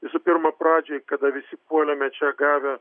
visų pirma pradžioj kada visi puolėme čia gavę